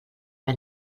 que